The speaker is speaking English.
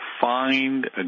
find